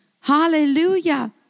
Hallelujah